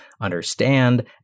understand